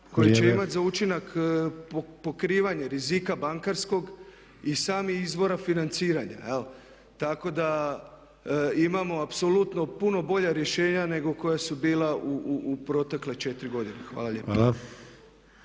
koje će imati za učinak pokrivanje rizika bankarskog i samog izvora financiranja. Evo, tako da imamo apsolutno puno bolja rješenja nego koja su bila u protekle 4 godine. Hvala lijepa.